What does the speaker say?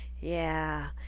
Yeah